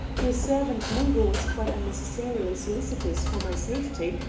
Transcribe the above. your servant mungo was quite unnecessarily solicitous for my safety,